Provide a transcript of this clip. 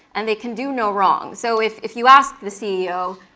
and they can do no wrong. so if if you ask the ceo,